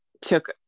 took